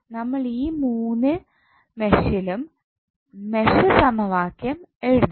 നമ്മൾ ഈ മൂന്ന് മെഷിലും മെഷ് സമവാക്യം എഴുതും